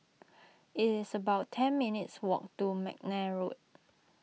it is about ten minutes' walk to McNair Road